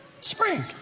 spring